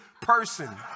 person